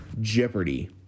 Jeopardy